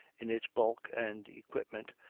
in its bulk and equipment,